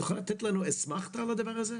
אתה יכול לתת לנו אסמכתה על הדבר הזה?